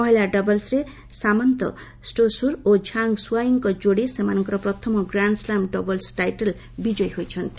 ମହିଳା ଡବଲ୍ସ୍ରେ Samantha Stosur ଓ ଝାଙ୍ଗ୍ ସୁଆଇଙ୍କ ଯୋଡ଼ି ସେମାନଙ୍କର ପ୍ରଥମ ଗ୍ରାଣ୍ଡ୍ ସ୍ଲାମ୍ ଡବଲ୍ସ୍ ଟାଇଟଲ୍ ବିକୟୀ ହୋଇଛନ୍ତି